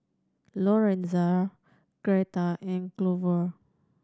Lorenzo Gertha and Glover